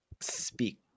speak